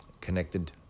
connected